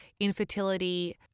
infertility